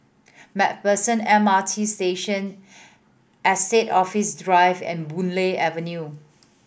Macpherson M R T Station Estate Office Drive and Boon Lay Avenue